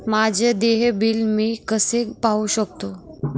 माझे देय बिल मी कसे पाहू शकतो?